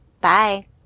Bye